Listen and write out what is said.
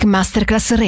Masterclass